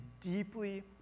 deeply